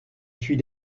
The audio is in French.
suis